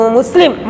Muslim